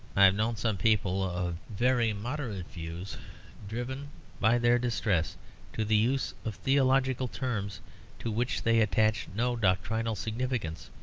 i have known some people of very modern views driven by their distress to the use of theological terms to which they attached no doctrinal significance,